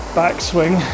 backswing